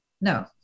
No